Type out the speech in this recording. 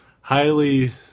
highly